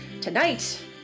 tonight